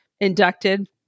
inducted